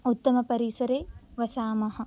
उत्तमपरिसरे वसामः